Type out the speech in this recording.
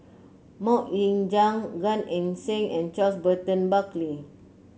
MoK Ying Jang Gan Eng Seng and Charles Burton Buckley